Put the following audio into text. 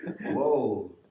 Whoa